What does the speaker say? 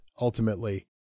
ultimately